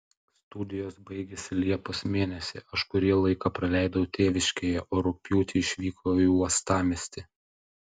studijos baigėsi liepos mėnesį aš kurį laiką praleidau tėviškėje o rugpjūtį išvykau į uostamiestį